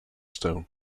stone